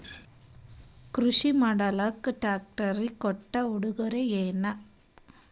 ಕೃಷಿ ಮಾಡಲಾಕ ಟ್ರಾಕ್ಟರಿ ಕೊಟ್ಟ ಉಡುಗೊರೆಯೇನ?